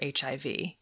HIV